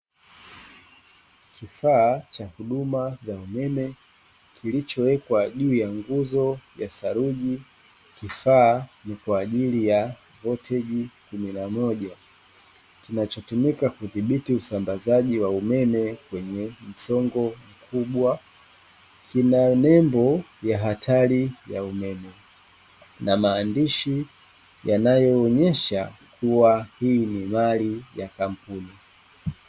Kifaa cha huduma za umeme kilicho wekwa juu ya nguzo ya saruji, kifaa ni kwa ajili ya volti kumi na moja, kinacho tumika kudhibiti usambazaji wa umeme kwenye msongo mkubwa. Kina nembo ya hatari ya umeme, na maandishi yanayoonyesha kuwa hii ni mali ya kampuni.